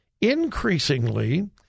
Increasingly